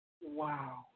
Wow